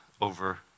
over